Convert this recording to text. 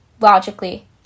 Logically